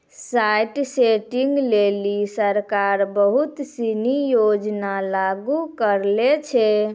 site testing लेलि सरकार बहुत सिनी योजना लागू करलें छै